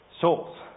souls